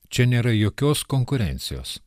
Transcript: čia nėra jokios konkurencijos